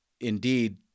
indeed